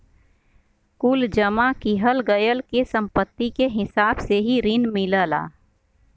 कुल जमा किहल गयल के सम्पत्ति के हिसाब से ही रिन मिलला